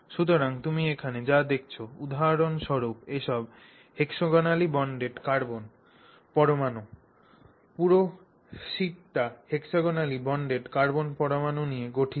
সুতরাং তুমি এখানে যা দেখছ উদাহরণস্বরূপ এসব hexagonally bonded কার্বন পরমাণু পুরো শীটটি hexagonally bonded কার্বন পরমাণু নিয়ে গঠিত